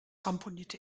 ramponierte